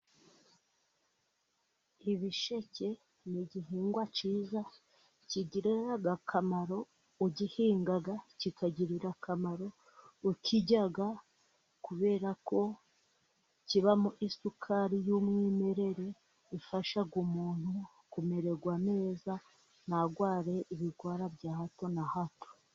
Ibisheke ni igihingwa cyiza, kigirira akamaro ugihinga, kikagirira akamaro ukirya, kubera ko kibamo isukari y'umwimerere, ifasha umuntu kumererwa neza, ntarware ibirwara bya hato na hato.